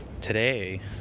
Today